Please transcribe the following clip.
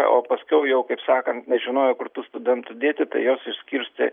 o paskiau jau kaip sakant nežinojo kur tų studentų dėti tai juos išskirstė